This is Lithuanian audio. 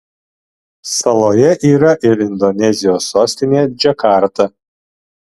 saloje yra ir indonezijos sostinė džakarta